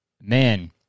man